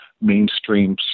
mainstream